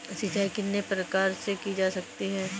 सिंचाई कितने प्रकार से की जा सकती है?